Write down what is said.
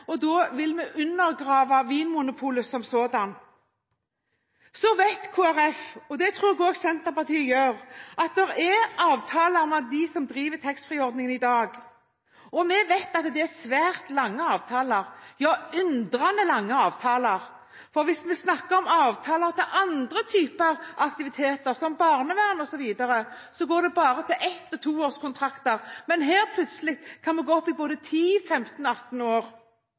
og da vil vi undergrave Vinmonopolet som sådant. Så vet Kristelig Folkeparti – og det tror jeg at også Senterpartiet gjør – at det er avtaler med dem som driver taxfree-ordningen i dag, og vi vet at det er svært lange avtaler, ja underlig lange avtaler. Hvis vi snakker om avtaler i forbindelse med andre typer aktiviteter, som barnevern osv., er det bare ett- og toårskontrakter som gjelder, men her kan de plutselig gjelde i både 10, 15 og 18 år.